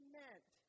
meant